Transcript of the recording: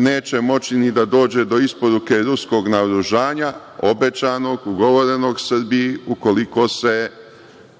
neće moći ni da dođe do isporuke ruskog naoružanja, obećanog, ugovorenog Srbiji, ukoliko se